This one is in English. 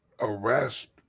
arrest